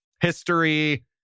history